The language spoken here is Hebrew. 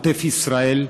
עוטף ישראל,